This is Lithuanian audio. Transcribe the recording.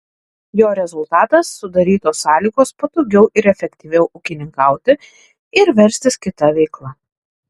jo rezultatas sudarytos sąlygos patogiau ir efektyviau ūkininkauti ir verstis kita veikla